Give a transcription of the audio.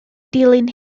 dilyn